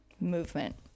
movement